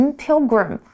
，pilgrim，